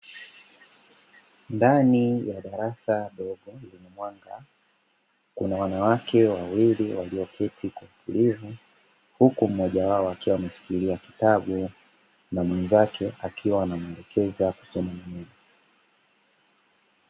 Ndani ya darasa dogo lenye mwanga kuna wanawake wawili waliyoketi kwa utulivu huku mmoja wao akiwa ameshikilia kitabu na mwenzake akiwa anamuelekeza kusoma maneno.